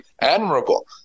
admirable